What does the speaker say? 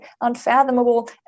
unfathomable